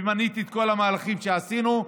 ומניתי את כל המהלכים שעשינו,